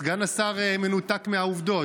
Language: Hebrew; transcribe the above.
סגן השר מנותק מהעובדות.